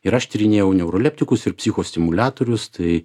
ir aš tyrinėjau neuroleptikus ir psichostimuliatorius tai